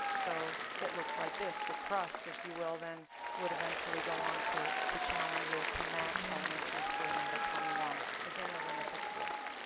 so it looks like this. the crust, if you will, then would eventually go on to to challenger to match elementary school number twenty one again, to limit the splits.